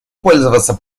пользоваться